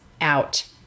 out